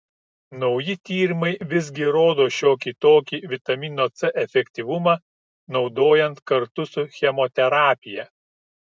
nauji tyrimai visgi rodo šiokį tokį vitamino c efektyvumą naudojant kartu su chemoterapija